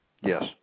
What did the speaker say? yes